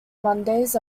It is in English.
mondays